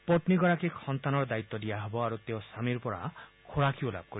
পন্নীগৰাকীক সন্তানৰ দায়িত্ব দিয়া হ'ব আৰু তেওঁ স্বামীৰ পৰা খোৰাকিও লাভ কৰিব